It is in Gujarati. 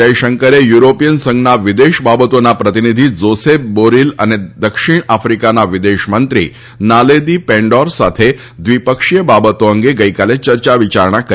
જયશંકરે યુરોપીયન સંઘના વિદેશ બાબતોના પ્રતિનિધિ જોસેફ બોરીલ અને દિક્ષણ આફ્રિકાના વિદેશ મંત્રી નાલેદી પેંડોર સાથે દ્વિપક્ષીય બાબતો અંગે ગઇકાલે ચર્ચા વિચારણા કરી